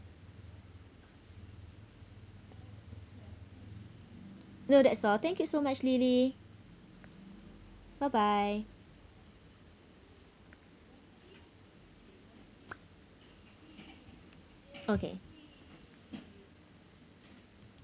no that's all thank you so much lily bye bye okay